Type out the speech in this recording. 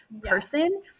person